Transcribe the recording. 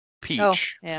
Peach